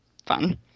fun